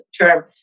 term